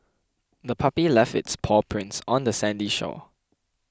the puppy left its paw prints on the sandy shore